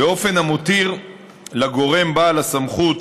באופן המותיר לגורם בעל הסמכות,